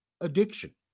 addiction